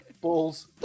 balls